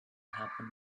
happen